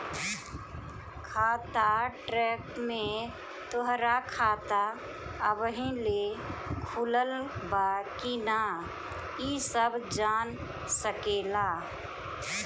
खाता ट्रैक में तोहरा खाता अबही ले खुलल बा की ना इ सब जान सकेला